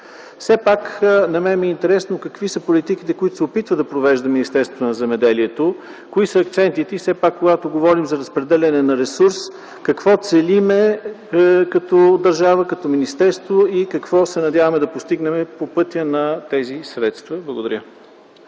Все пак на мен ми е интересно какви са политиките, които се опитва да провежда Министерството на земеделието и храните? Кои са акцентите и когато говорим за разпределение на ресурс, какво целим като държава, като министерство, и какво се надяваме да постигнем по пътя на тези средства? Благодаря.